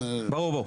ברור.